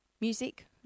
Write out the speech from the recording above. music